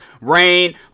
rain